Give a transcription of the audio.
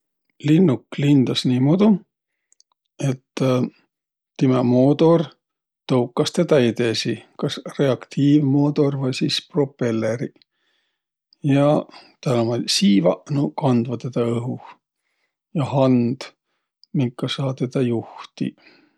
Linnuk lindas niimuudu, et timä moodor toukas tedä edesi. Kas reaktiivmoodor vai sis propelleriq. Ja täl ummaq siivaq, nuuq kandvaq tedä õhuh. Ja hand, minka saa tedä juhtiq.